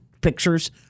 pictures